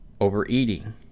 Overeating